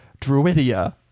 Druidia